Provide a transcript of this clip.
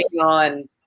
on